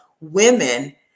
women